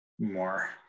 more